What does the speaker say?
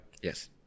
Yes